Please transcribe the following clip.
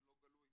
לא גלוי,